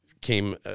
came